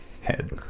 head